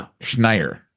Schneider